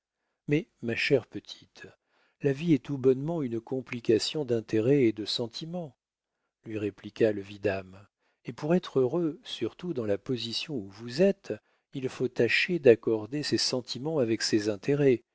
mais ma chère petite la vie est tout bonnement une complication d'intérêts et de sentiments lui répliqua le vidame et pour être heureux surtout dans la position où vous êtes il faut tâcher d'accorder ses sentiments avec ses intérêts